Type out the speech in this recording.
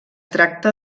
tracta